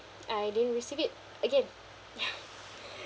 I didn't receive it again